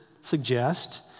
suggest